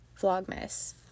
Vlogmas